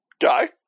guy